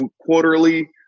quarterly